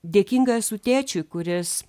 dėkinga esu tėčiui kuris